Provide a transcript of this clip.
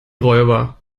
räuber